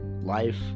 life